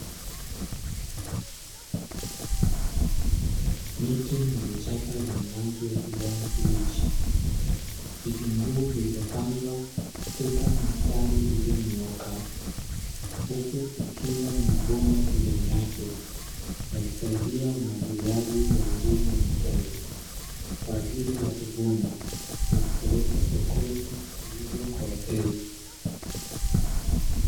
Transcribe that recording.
Miti na vichaka vyenye rangi ya kijani kibichi. Vitunguu vilivyopandwa katika mistari iliyonyooka huku kukiwa na mabomba pembeni yake, yakisaidia umwagiliaji wa njia ya matone, kwaajili ya kuvunwa na kupelekwa sokoni kuuzwa kwa wateja.